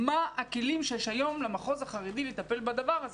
מה הכלים שיש היום למחוז החרדי לטפל בדבר הזה?